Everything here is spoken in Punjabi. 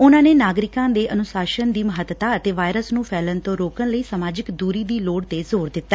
ਉਨੂੰ ਨੇ ਨਾਗਰਿਕਾਂ ਦੇ ਅਨੁਸਾਸ਼ਨ ਦੀ ਮਹੱਤਤਾ ਅਤੇ ਵਾਇਰਸ ਨੂੰ ਫੈਲਣ ਤੋਂ ਰੋਕਣ ਲਈ ਸਮਾਜਿਕ ਦੁਰੀ ਦੀ ਲੋੜ ਤੇ ਜ਼ੋਰ ਦਿੱਤਾ